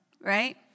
right